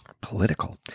political